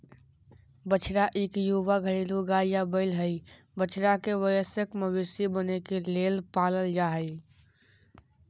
बछड़ा इक युवा घरेलू गाय या बैल हई, बछड़ा के वयस्क मवेशी बने के लेल पालल जा हई